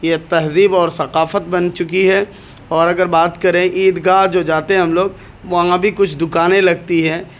یہ تہذیب اور ثقافت بن چکی ہے اور اگر بات کریں عیدگاہ جو جاتے ہیں ہم لوگ وہاں بھی کچھ دکانیں لگتی ہیں